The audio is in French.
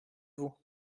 vous